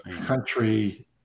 country